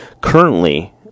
Currently